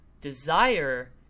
desire